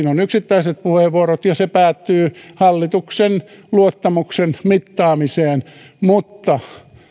on yksittäiset puheenvuorot ja se päättyy hallituksen luottamuksen mittaamiseen mutta